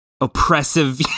Oppressive